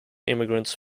immigrants